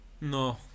no